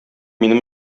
минем